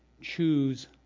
Choose